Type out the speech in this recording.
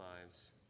lives